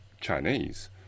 Chinese